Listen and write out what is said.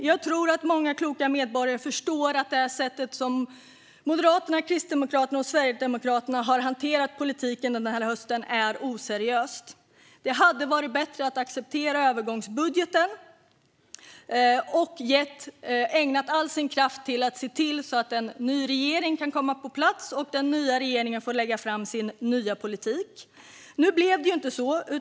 Jag tror att många kloka medborgare förstår att sättet som Moderaterna, Kristdemokraterna och Sverigedemokraterna har hanterat politiken på under den här hösten är oseriöst. Det hade varit bättre att acceptera övergångsbudgeten och ägna all sin kraft till att se till att en ny regering kan komma på plats, så att den nya regeringen fick lägga fram sin nya politik. Nu blev det inte så.